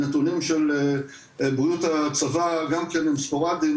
הנתונים של בריאות הצבא גם כן הם ספורדיים,